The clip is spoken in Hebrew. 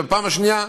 ובפעם השנייה,